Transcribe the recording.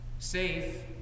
safe